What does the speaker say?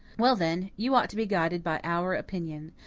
well, then, you ought to be guided by our opinion.